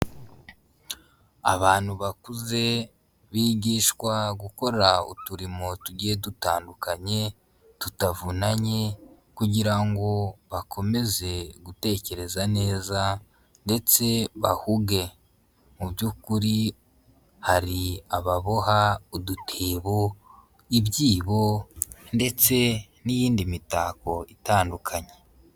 Abantu bakuze bigishwa gukora uturimo tugiye dutandukanye tutavunanye, kugira ngo bakomeze gutekereza neza ndetse bahuge, mu by'ukuri hari ababoha udutebo, ibyibo ndetse n'iyindi mitako itandukanye.